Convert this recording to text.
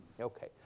Okay